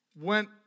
went